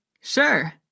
Sure